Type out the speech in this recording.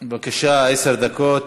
בבקשה, עשר דקות.